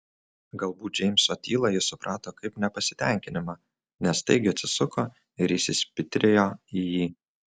galbūt džeimso tylą ji suprato kaip nepasitenkinimą nes staigiai atsisuko ir įsispitrėjo į jį